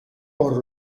por